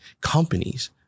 companies